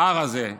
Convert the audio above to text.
בהר הזה.